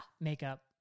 makeup